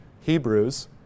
Hebrews